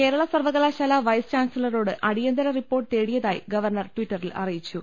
കേരള സർവ്വകലാ ശാല വൈസ് ചാൻസലറോട് അടിയന്തര റിപ്പോർട്ട് തേടിയതായി ഗവർണർ ട്വിറ്ററിൽ അറിയിച്ചു